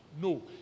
No